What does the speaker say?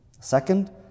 Second